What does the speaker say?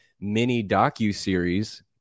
mini-docu-series